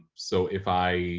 so if i